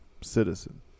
citizen